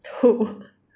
吐